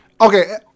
okay